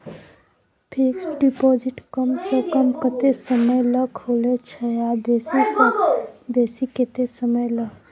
Fixed deposit कम स कम कत्ते समय ल खुले छै आ बेसी स बेसी केत्ते समय ल?